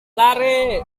lari